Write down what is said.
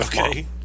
Okay